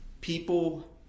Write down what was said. People